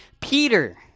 Peter